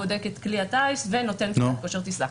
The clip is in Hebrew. בודק את כלי הטיס ונותן תעודת כושר טיסה,